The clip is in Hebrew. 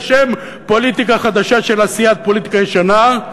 בשם פוליטיקה חדשה של עשיית פוליטיקה ישנה,